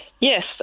Yes